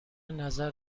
نظر